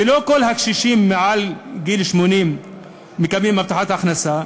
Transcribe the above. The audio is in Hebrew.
שלא כל הקשישים מעל גיל 80 מקבלים הבטחת הכנסה,